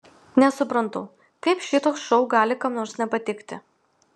nesuprantu kaip šitoks šou gali kam nors nepatikti